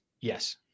Yes